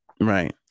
Right